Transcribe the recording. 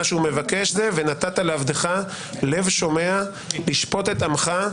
מה שהוא מבקש זה: ונתת לעבדך לב שומע לשפוט את עמך,